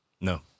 No